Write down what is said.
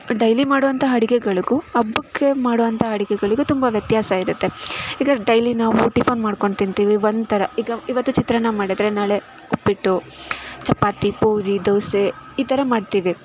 daily ಮಾಡೋವಂಥ ಅಡುಗೆಗಳಿಗೂ ಹಬ್ಬಕ್ಕೆ ಮಾಡೋವಂಥ ಅಡುಗೆಗಳಿಗೂ ತುಂಬ ವ್ಯತ್ಯಾಸ ಇರುತ್ತೆ ಈಗ ಡೈಲಿ ನಾವು ಟಿಫನ್ ಮಾಡ್ಕೊಂಡು ತಿಂತೀವಿ ಒಂಥರ ಈಗ ಇವತ್ತು ಚಿತ್ರಾನ್ನ ಮಾಡಿದರೆ ನಾಳೆ ಉಪ್ಪಿಟ್ಟು ಚಪಾತಿ ಪೂರಿ ದೋಸೆ ಈ ಥರ ಮಾಡ್ತೀವಿ